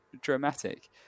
dramatic